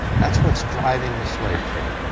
that's what's driving the slave trade,